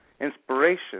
inspiration